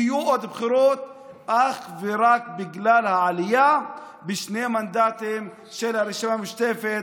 יהיו בחירות אך ורק בגלל העלייה בשני מנדטים של הרשימה המשותפת,